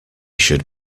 should